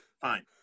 Fine